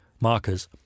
markers